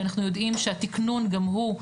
שאנחנו יודעים שהתיקנון גם הוא,